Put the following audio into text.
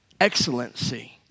Excellency